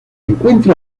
encuentra